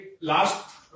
last